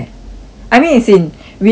I mean is in we are